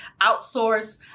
outsource